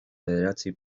bederatzi